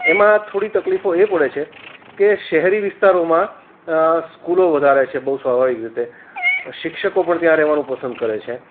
એમાં થોડી તકલીફો એ પડે છે કે શહેરી વિસ્તારોમાં સ્કૂલો વધારે છે બહુ સ્વભાવિક રીતે શિક્ષકો પણ ત્યાં રહેવાનું પસંદ કરે છે